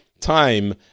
time